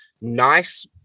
nice